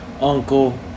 uncle